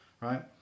right